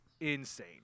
insane